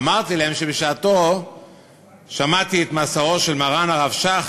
אמרתי להם שבשעתו שמעתי את מסרו של מרן הרב שך,